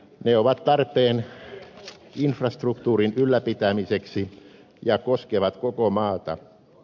ne ovat tarpeen infrastruktuurin ylläpitämiseksi ja koskevat koko maata